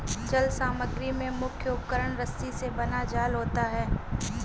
जल समग्री में मुख्य उपकरण रस्सी से बना जाल होता है